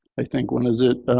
i think, when is it?